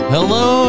Hello